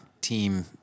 team